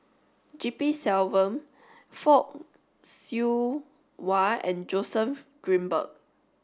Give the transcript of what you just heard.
G P Selvam Fock Siew Wah and Joseph Grimberg